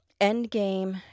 Endgame